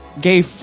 gay